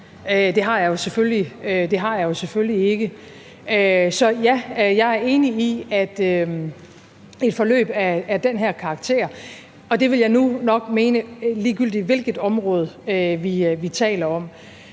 det har jeg selvfølgelig ikke. Så ja, jeg er enig i, at et forløb af den her karakter, og det vil jeg nu nok mene, ligegyldigt hvilket område vi taler om,